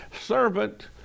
servant